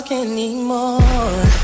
anymore